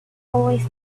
always